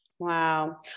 Wow